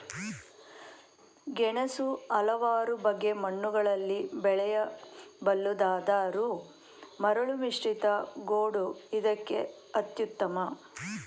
ಗೆಣಸು ಹಲವಾರು ಬಗೆ ಮಣ್ಣುಗಳಲ್ಲಿ ಬೆಳೆಯಬಲ್ಲುದಾದರೂ ಮರಳುಮಿಶ್ರಿತ ಗೋಡು ಇದಕ್ಕೆ ಅತ್ಯುತ್ತಮ